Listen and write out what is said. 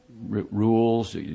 rules